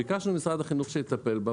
ביקשנו ממשרד החינוך שהוא יטפל בה,